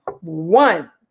one